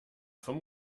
vom